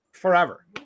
Forever